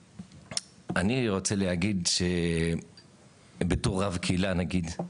אני רוצה להגיד שבתור רב קהילה נגיד,